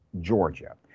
Georgia